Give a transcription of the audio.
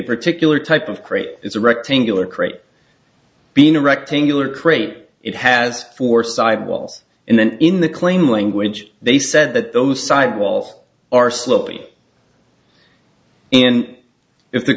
particular type of crate is a rectangular crate being a rectangular crate it has four side walls and then in the claim language they said that those side walls are sloping and if the